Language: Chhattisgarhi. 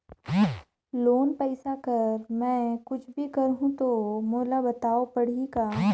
लोन पइसा कर मै कुछ भी करहु तो मोला बताव पड़ही का?